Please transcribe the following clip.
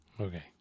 Okay